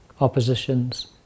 oppositions